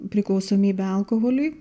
priklausomybė alkoholiui